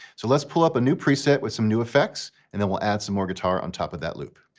so let's pull up a new preset with some new effects. and then we'll add some more guitar on top of that loop.